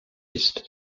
ist